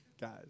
Guys